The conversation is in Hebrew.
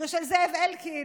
של זאב אלקין,